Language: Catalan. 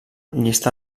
llista